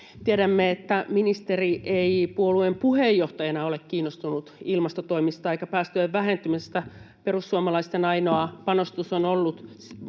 Tiedämme, että ministeri ei puolueen puheenjohtajana ole kiinnostunut ilmastotoimista eikä päästöjen vähentämisestä. Perussuomalaisten ainoa panostus on ollut